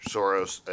Soros